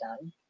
done